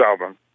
album